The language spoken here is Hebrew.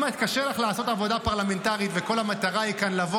אם קשה לך לעשות עבודה פרלמנטרית וכל המטרה כאן היא לבוא